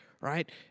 right